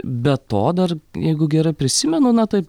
be to dar jeigu gerai prisimenu na tai